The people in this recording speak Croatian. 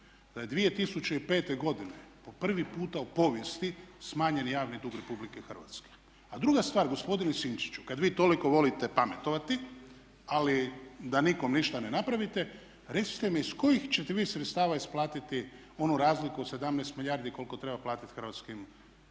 Da je 2005. godine po prvi puta u povijesti smanjen javni dug RH. A druga stvar gospodine Sinčiću kad vi toliko volite pametovati, ali da nikom ništa ne napravite recite mi iz kojih ćete vi sredstava isplatiti onu razliku od 17 milijardi koliko treba platiti hrvatskim